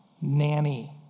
Nanny